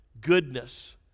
goodness